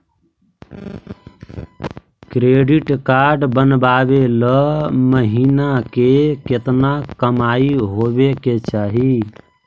Credit card बनबाबे ल महीना के केतना कमाइ होबे के चाही?